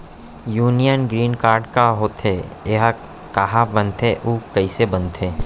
Union green card का होथे, एहा कहाँ बनथे अऊ कइसे बनथे?